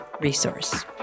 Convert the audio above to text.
Resource